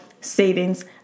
savings